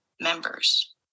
members